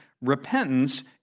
repentance